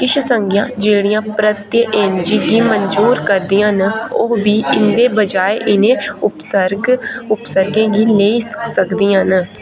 किश संज्ञां जेह्ड़ियां प्रत्यय एनजी गी मंजूर करदियां न ओह् बी इं'दे बजाए इ'नें उपसर्ग उपसर्गें गी नेईं ससकदियां न